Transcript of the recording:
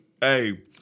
Hey